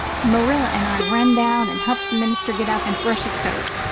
marilla and i run down and helped the minister get up and brush his coat.